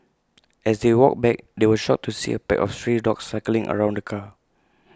as they walked back they were shocked to see A pack of stray dogs circling around the car